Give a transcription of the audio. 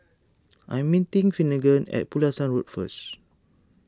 I am meeting Finnegan at Pulasan Road first